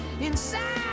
inside